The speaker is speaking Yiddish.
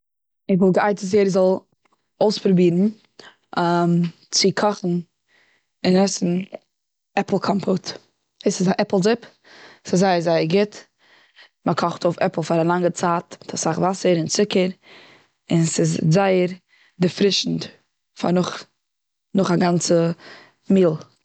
איך וואלט גע'עצהט יעדער זאל אויס פרובירן צי קאכן און עסן עפל קאמפאוט. דאס איז א עפל זופ, ס'איז זייער זייער גוט. מ'קאכט אויף עפל פאר א לאנגע צייט מיט אסאך וואסער און ציקער און ס'איז זייער דערפרישנד, פאר נאך נאך א גאנצע מיעל.